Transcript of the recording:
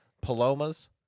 Palomas